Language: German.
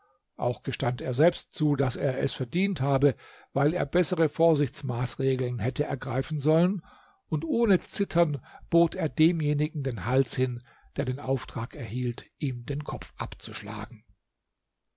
auch gestand er selbst zu daß er es verdient habe weil er bessere vorsichtsmaßregeln hätte ergreifen sollen und ohne zittern bot er demjenigen den hals hin der den auftrag erhielt ihm den kopf abzuschlagen